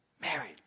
Married